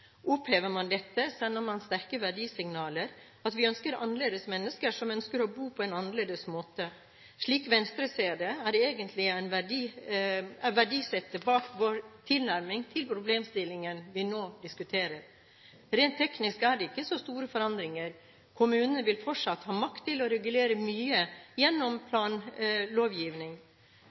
Opphever man dette, sender man sterke verdisignaler om at vi ønsker annerledes mennesker som ønsker å bo på en annerledes måte. Slik Venstre ser det, er det det som er verdisettet bak vår tilnærming til problemstillingen som vi nå diskuterer. Rent teknisk er det ikke så store forandringer. Kommunene vil fortsatt ha makt til å regulere mye gjennom planlovgivning.